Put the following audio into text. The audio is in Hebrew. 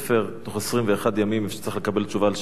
בתוך 21 ימים צריך לקבל תשובה על שאילתא.